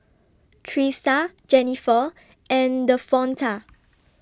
Tressa Jenifer and Davonta